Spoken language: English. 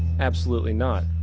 absolutely not.